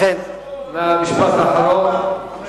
משפט אחרון.